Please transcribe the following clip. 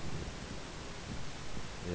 ya